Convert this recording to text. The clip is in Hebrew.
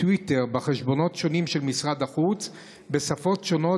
טוויטר בחשבונות שונים של משרד החוץ בשפות שונות